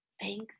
Thank